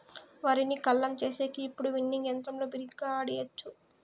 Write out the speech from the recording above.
వరిని కల్లం చేసేకి ఇప్పుడు విన్నింగ్ యంత్రంతో బిరిగ్గా ఆడియచ్చు